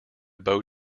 bow